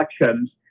elections